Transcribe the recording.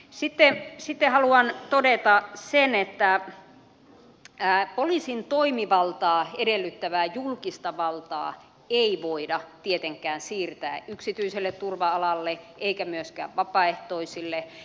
sitten haluan todeta sen että poliisin toimivaltaa edellyttävää julkista valtaa ei voida tietenkään siirtää yksityiselle turva alalle eikä myöskään vapaaehtoisille